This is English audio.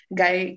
guy